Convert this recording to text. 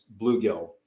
bluegill